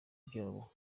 byabo